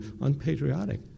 unpatriotic